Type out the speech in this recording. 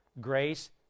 Grace